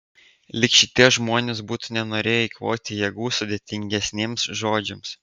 lyg šitie žmonės būtų nenorėję eikvoti jėgų sudėtingesniems žodžiams